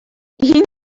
این